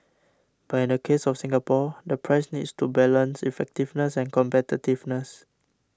but in the case of Singapore the price needs to balance effectiveness and competitiveness